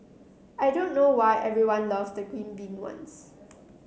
I don't know why everyone loves the green bean ones